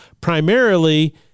primarily